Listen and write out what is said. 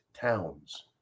towns